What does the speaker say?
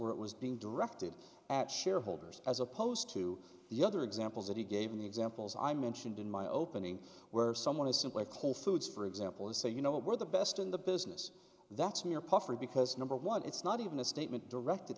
where it was being directed at shareholders as opposed to the other examples that he gave the examples i mentioned in my opening where someone is simply called foods for example to say you know we're the best in the business that's in your puffery because number one it's not even a statement directed